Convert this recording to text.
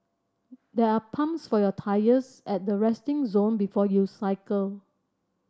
there are pumps for your tyres at the resting zone before you cycle